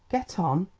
get on!